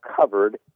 covered